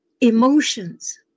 emotions